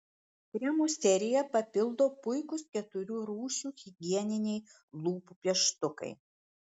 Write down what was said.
kremų seriją papildo puikūs keturių rūšių higieniniai lūpų pieštukai